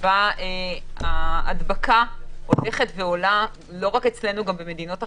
בה ההדבקה הולכת ועולה לא רק אצלנו גם במדינות אחרות,